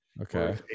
Okay